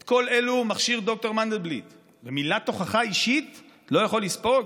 את כל אלו מכשיר ד"ר מנדלבליט ומילת תוכחה אישית הוא לא יכול לספוג?